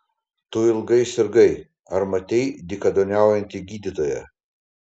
tu ilgai sirgai ar matei dykaduoniaujantį gydytoją